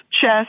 chest